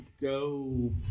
go